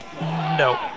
no